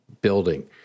building